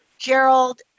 Gerald